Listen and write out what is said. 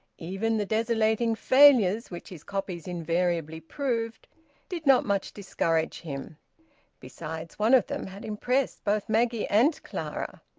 even the desolating failures which his copies invariably proved did not much discourage him besides, one of them had impressed both maggie and clara.